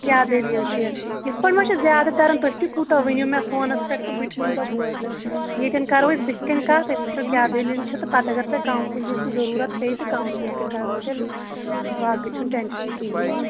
کیٛاہ دٔلیٖل چھِ یِتھٕ پٲٹھۍ ما چھِ زیادٕ تَران تُہۍ تہِ کوٗتاہ ؤنِو مےٚ فونَس پیٚٹھ تہٕ بہٕ تہِ کوٗتاہ بوزٕ ییٚتیٚن کَرو أسۍ بٔتھِ کَنۍ کَتھ أسۍ وُچھو کیٛاہ دٔلیٖل چھِ تہٕ پَتہٕ اگر تۄہہِ کَوسٕلِںٛگ ہِنٛز تہِ ضٔروٗرت پےَ تہٕ کَوسٕلِنٛگ تہِ کَرو تیٚلہِ باقٕے چھُنہٕ ٹیٚنشَن کِہیٖنٛۍ